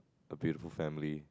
a beautiful family